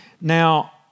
Now